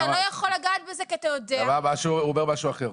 הוא אומר משהו אחר.